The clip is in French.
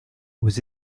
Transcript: aux